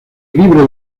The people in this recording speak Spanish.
libre